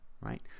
right